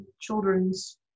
Children's